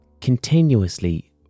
continuously